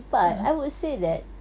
ah